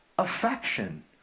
affection